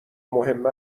مهم